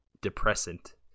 depressant